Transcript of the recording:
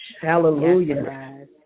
Hallelujah